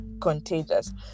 contagious